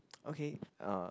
okay uh